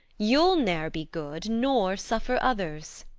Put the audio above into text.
you'll ne'er be good, nor suffer others.